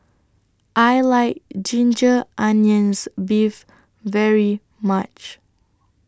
I like Ginger Onions Beef very much